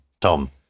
tom